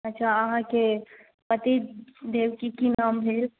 अच्छा अहाँके पतिदेवक की नाम भेल